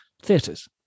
theaters